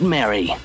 Mary